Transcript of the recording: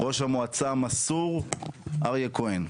ראש המועצה המסור אריה כהן.